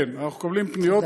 כן, אנחנו מקבלים פניות.